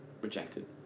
rejected